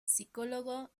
psicólogo